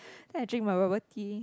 then I drink my bubble tea